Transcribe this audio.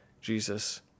Jesus